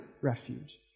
refuge